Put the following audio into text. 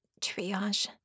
Triage